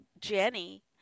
Jenny